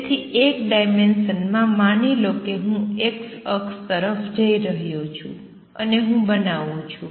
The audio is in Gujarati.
તેથી એક ડાયમેંશન માં માની લો કે હું x અક્ષ તરફ જઈ રહ્યો છું અને હું બનાવું છું